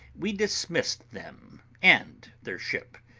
we dismissed them and their ship.